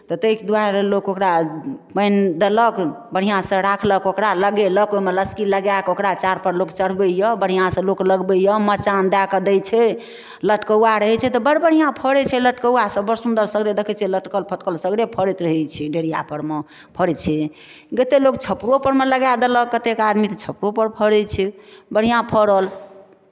तऽ ताहि दुआरे लोक ओकरा पानि देलक बढ़िआँसऽ रखलक ओकरा लगेलक ओहिमे लस्की लगाए कऽ ओकरा चारपर लोक चढ़बैए बढ़िआँसँ लोक लगबैए मचान दए कऽ दै छै लटकौआ रहै छै तऽ बड़ बढ़िआँ फड़ै छै लटकौआसभ बड़ सुन्दर सगरे देखैत छियै लटकल फटकल सगरे फड़ैत रहै छै डेढ़िआपर मे फड़ैत छै कतेक लोक छप्परोपर मे लगाए देलक कतेक आदमी तऽ छप्परोपर फड़ैत छै बढ़िआँ फड़ल